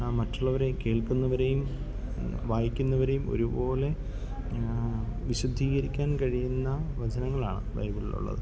മറ്റുള്ളവരെ കേൾക്കുന്നവരേയും വായിക്കുന്നവരേയും ഒരു പോലെ വിശുദ്ധീകരിക്കാൻ കഴിയുന്ന വചനങ്ങളാണ് ബൈബിളിലുള്ളത്